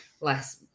less